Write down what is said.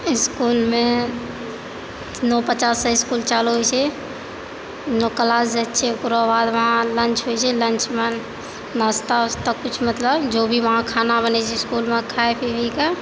इसकुल मे नओ पचाससँ इसकुल चालू होइ छै क्लास जाइ छियै ओकरा बादमे लंच होइ छै लंचमे नास्ता उस्ता कुछ मतलब जो भी वहाँ खाना बनै छै इसकुलमे खाइ पिब के